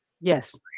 Yes